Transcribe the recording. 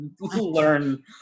learn